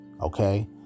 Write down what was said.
Okay